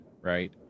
Right